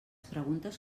preguntes